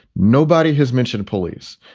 nobody has mentioned police.